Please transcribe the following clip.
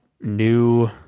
new